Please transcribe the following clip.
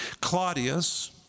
Claudius